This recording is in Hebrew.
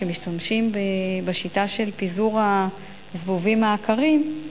שם משתמשים בשיטה של פיזור הזבובים העקרים,